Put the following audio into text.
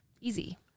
easy